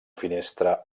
finestra